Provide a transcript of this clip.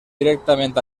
directament